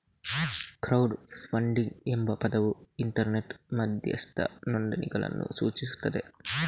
crowd funding ಎಂಬ ಪದವು internet ಮಧ್ಯಸ್ಥ ನೋಂದಣಿಗಳನ್ನು ಸೂಚಿಸುತ್ತದೆ